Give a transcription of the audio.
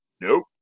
Nope